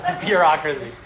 Bureaucracy